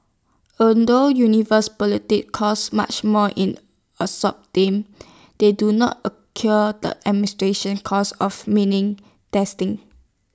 although universal politics cost much more in assault terms they do not incur the administration costs of meaning testing